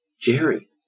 Jerry